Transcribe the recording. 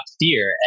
fear